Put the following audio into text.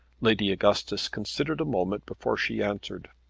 lady augustus considered a moment before she answered.